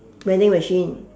vending machine